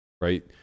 right